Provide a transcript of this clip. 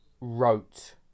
wrote